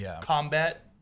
combat